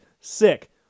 sick